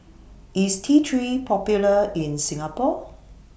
IS T three Popular in Singapore